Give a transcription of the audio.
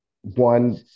one